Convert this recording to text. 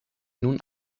nun